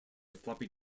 floppy